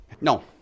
No